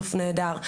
שיתוף נהדר,